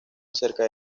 acerca